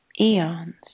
Eons